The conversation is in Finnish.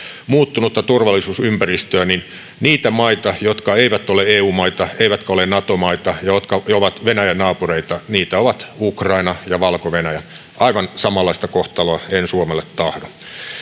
muuttunutta turvallisuusympäristöä niitä maita jotka eivät ole eu maita eivätkä ole nato maita ja jotka ovat venäjän naapureita niitä ovat ukraina ja valko venäjä niin aivan samanlaista kohtaloa en suomelle tahdo